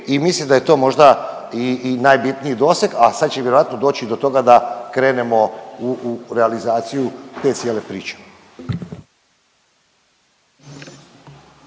i mislim da je to možda i najbitniji doseg, a sad će vjerojatno doći i do toga da krenemo u realizaciju te cijele priče.